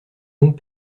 donc